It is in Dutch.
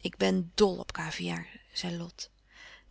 ik ben dol op kaviaar zei lot